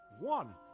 one